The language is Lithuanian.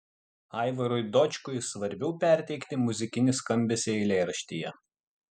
aivarui dočkui svarbiau perteikti muzikinį skambesį eilėraštyje